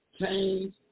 Change